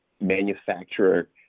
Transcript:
manufacturer